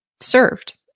served